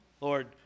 Lord